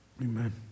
Amen